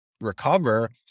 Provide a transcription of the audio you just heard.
recover